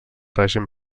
règim